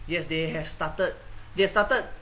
yes they have started they have started